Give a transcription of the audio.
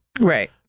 Right